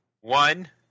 One